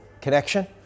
Connection